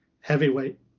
Heavyweight